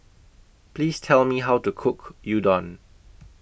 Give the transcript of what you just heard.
Please Tell Me How to Cook Udon